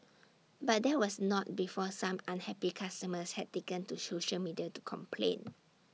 but that was not before some unhappy customers had taken to social media to complain